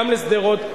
גם לשדרות.